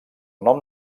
nom